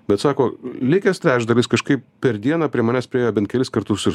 bet sako likęs trečdalis kažkaip per dieną prie manęs priėjo bent kelis kartus ir